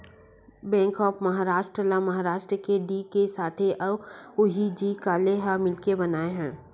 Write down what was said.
bank of Maharashtra ल महारास्ट के D K Sathe अउ व्ही.जी काले ह मिलके बनाए हे